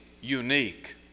unique